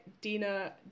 Dina